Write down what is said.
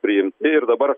priimti ir dabar